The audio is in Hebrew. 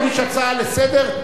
תגיש הצעה לסדר.